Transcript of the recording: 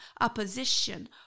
opposition